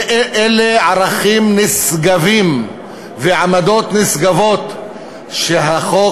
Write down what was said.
אלה ערכים נשגבים ועמדות נשגבות שהחוק